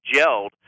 gelled